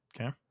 Okay